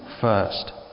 first